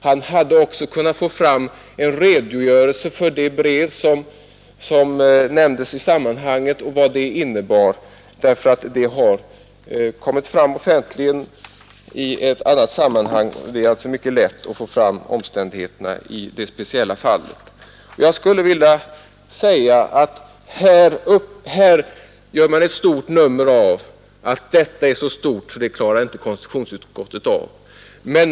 Han hade också kunnat få fram en redogörelse för det brev som nämndes i sammanhanget och vad det innebar, ty det har kommit fram offentligt i annat sammanhang. Det är alltså mycket lätt att få fram omständigheterna i det speciella fallet. Här gör man ett stort nummer av att detta ärende är så komplicerat att konstitutionsutskottet inte klarar av det.